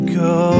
go